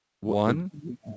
One